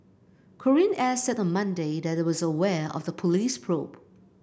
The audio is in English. Korean Air said on Monday that it was aware of the police probe